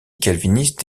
calviniste